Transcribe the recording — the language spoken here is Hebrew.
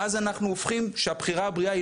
ואז אנחנו הופכים שהבחירה הבריאה היא